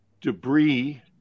debris